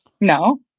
No